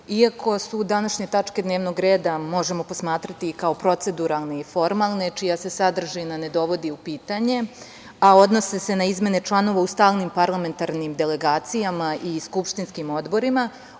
iako su današnje tačke dnevnog reda, možemo posmatrati kao proceduralne i formalne, čija se sadržina ne dovodi u pitanje, a odnose se na izmene članova u stalnim parlamentarnim delegacijama i skupštinskim odborima. Ovo